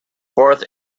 fourth